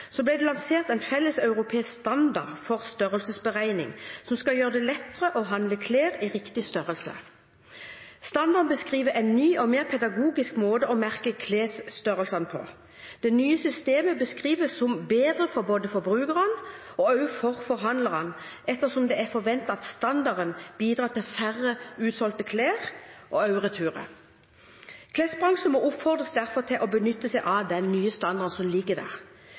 ble det lansert en felles europeisk standard for størrelsesberegning som skal gjøre det lettere å handle klær i riktig størrelse. Standarden beskriver en ny og mer pedagogisk måte å merke klesstørrelsene på. Det nye systemet beskrives som bedre både for forbrukerne og for forhandlerne, ettersom det er forventet at standarden bidrar til færre usolgte klær og returer. Klesbransjen oppfordres derfor til å benytte seg av den nye standarden som ligger der.